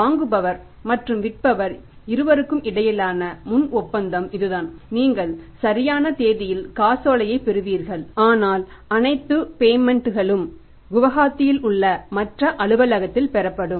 வாங்குபவர் மற்றும் விற்பவர் இருவருக்கும் இடையிலான முன் ஒப்பந்தம் இதுதான் நீங்கள் சரியான தேதியில் காசோலையைப் பெறுவீர்கள் ஆனால் அனைத்து பேமெண்ட் களும் குவஹாத்தியில் உள்ள மற்ற அலுவலகத்தில் பெறப்படும்